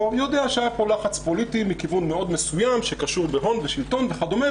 יודע שהיה פה לחץ פוליטי מכיוון מאוד מסוים שקשור בהון ושלטון וכדומה,